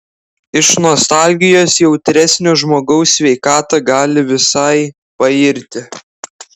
iš nostalgijos jautresnio žmogaus sveikata gali visai pairti